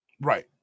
right